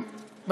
אה, תעודת חוגר.